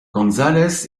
gonzalez